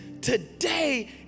today